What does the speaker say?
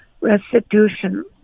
restitution